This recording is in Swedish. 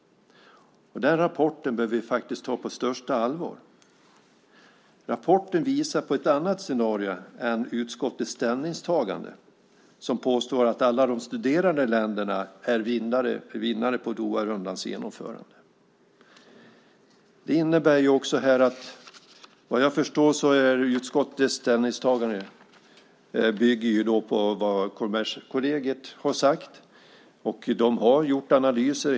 Den rapporten bör vi ta på största allvar. Den visar på ett annat scenario än det som finns i utskottets ställningstagande. Där påstås att alla de studerade länderna är vinnare på Doharundans genomförande. Vad jag förstår bygger utskottets ställningstagande på vad Kommerskollegium har sagt. De har gjort analyser.